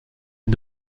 est